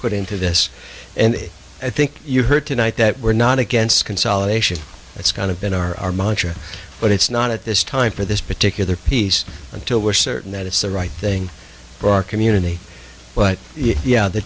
put into this and i think you heard tonight that we're not against consolidation that's kind of been our mantra but it's not at this time for this particular piece until we're certain that it's the right thing for our community but yeah the